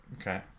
Okay